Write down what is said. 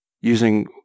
using